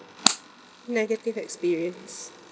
negative experience